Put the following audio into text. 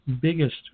biggest